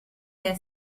der